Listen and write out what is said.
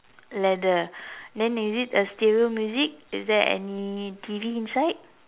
leather then is it a stereo music is there any T_V inside